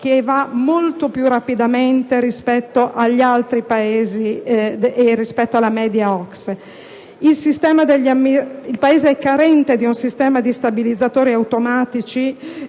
che avanza molto più rapidamente rispetto agli altri Paesi e rispetto alla media OCSE. Il Paese è carente di un sistema di stabilizzatori automatici